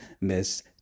Miss